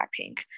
blackpink